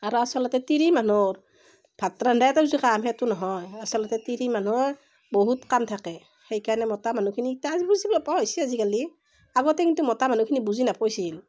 আৰু আচলতে তিৰি মানুহ ভাত ৰান্ধাই যি এটা কাম সেইটো নহয় আচলতে তিৰি মানুহৰ বহুত কাম থাকে সেইকাৰণে মতা মানুহখিনিক ইতা আজ বুজি পোৱা প' হৈছে আজিকালি আগতে কিন্তু মতা মানুহখিনি বুজি নাপাইছিল